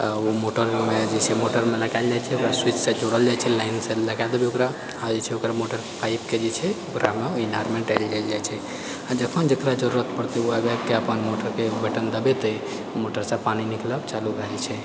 ओ मोटरमे जे छै मोटर लगाएल जाइ छै ओकरा स्विचसँ जोरल जाइ छै लाइनसँ लगाए देबै ओकरा आ जे छै ओकर मोटर पाइपके जे छै ओकरामे ओहि ईनारमे डालि देल जाइ छै आ जखन जकरा जरूरत परतै ओ आबि आबिके अपन मोटरके बटन दबेतै मोटरसँ पानि निकलब चालू भए जाइ छै